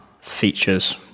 features